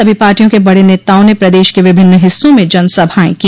सभी पार्टियों के बड़े नेताओं ने प्रदेश के विभिन्न हिस्सों में जनसभाएं की